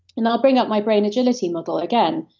and i'll bring up my brain agility model again.